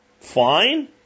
Fine